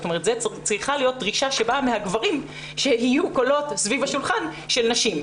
זו צריכה להיות דרישה שבאה מהגברים שיהיו קולות סביב השולחן של נשים,